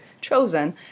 chosen